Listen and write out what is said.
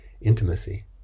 intimacy